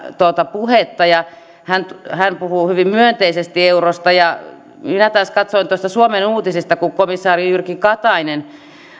puhetta ja hän hän puhui hyvin myönteisesti eurosta ja minä taas katsoin suomen uutisista kun komissaari jyrki katainen